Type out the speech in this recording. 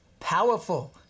Powerful